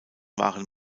waren